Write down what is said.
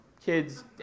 Kids